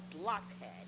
blockhead